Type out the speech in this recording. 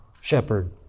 shepherd